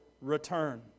return